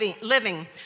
living